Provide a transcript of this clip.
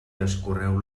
escorreu